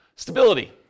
Stability